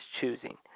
choosing